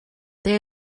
there